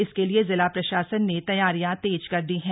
इसके लिये जिला प्रशासन ने तैयारियां तेज कर दी है